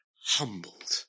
humbled